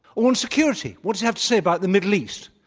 on security? what's it have to say about the middle east?